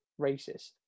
racist